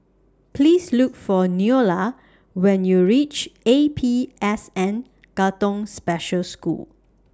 Please Look For Neola when YOU REACH A P S N Katong Special School